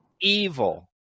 evil